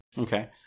Okay